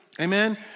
Amen